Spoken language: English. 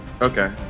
okay